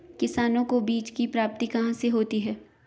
किसानों को बीज की प्राप्ति कहाँ से होती है?